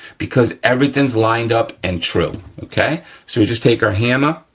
because everything's lined up and true, okay? so, we just take our hammer,